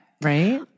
Right